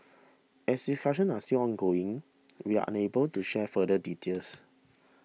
as discussions are still ongoing we are unable to share further details